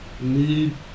need